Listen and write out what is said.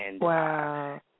Wow